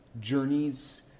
journeys